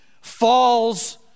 falls